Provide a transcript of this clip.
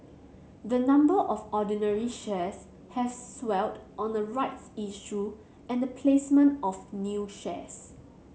the number of ordinary shares has swelled on a rights issue and the placement of new shares